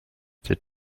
that